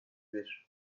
bir